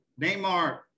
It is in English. Neymar